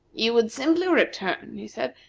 you would simply return, he said,